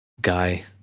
guy